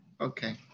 okay